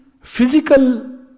physical